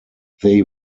they